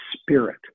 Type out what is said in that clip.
spirit